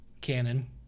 canon